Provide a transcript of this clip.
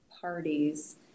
parties